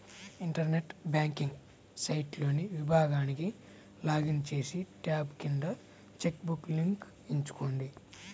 internet banking సైట్లోని విభాగానికి login చేసి, ట్యాబ్ కింద చెక్ బుక్ లింక్ ఎంచుకోండి